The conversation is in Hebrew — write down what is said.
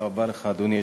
בבקשה, אדוני.